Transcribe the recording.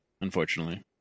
Unfortunately